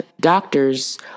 doctors